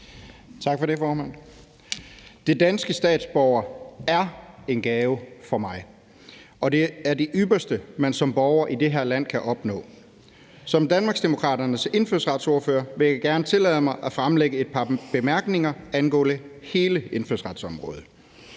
Det danske statsborgerskab er en gave for mig, og det er det ypperste, man som borger i det her land kan opnå. Som Danmarksdemokraternes indfødsretsordfører vil jeg gerne tillade mig at fremlægge et par bemærkninger angående hele indfødsretsområdet.